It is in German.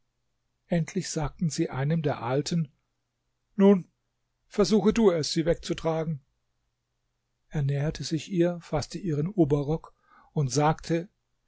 endlich sagten sie einem der alten nun versuche du es sie wegzutragen er näherte sich ihr faßte ihren oberrock und sagte